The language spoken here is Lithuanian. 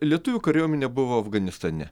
lietuvių kariuomenė buvo afganistane